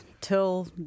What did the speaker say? till